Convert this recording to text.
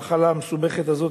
המחלה המסובכת הזאת,